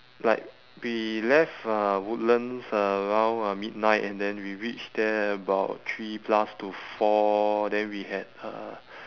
like we left uh woodlands around uh midnight and then we reached there about three plus to four then we had uh